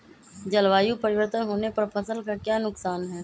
जलवायु परिवर्तन होने पर फसल का क्या नुकसान है?